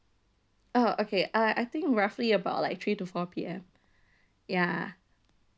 oh okay uh I think roughly about like three to four P_M ya